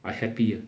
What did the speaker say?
I happy